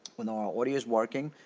we know our audio is working.